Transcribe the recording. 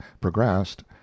progressed